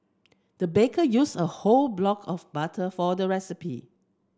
the baker use a whole block of butter for the recipe